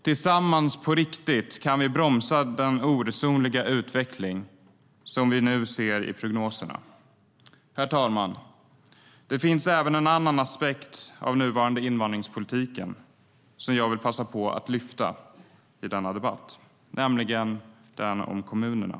Tillsammans kan vi på riktigt bromsa den oresonliga utveckling som vi nu ser i prognoserna. Det finns även en annan aspekt av nuvarande invandringspolitik som jag vill passa på att lyfta upp i denna debatt. Det handlar om kommunerna.